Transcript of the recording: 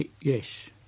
Yes